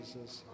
Jesus